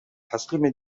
تسلیم